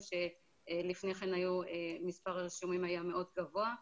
שלפני כן מספר הרישומים היה מאוד גבוה,